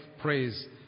praise